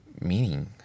meaning